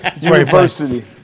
University